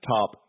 Top